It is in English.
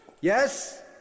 Yes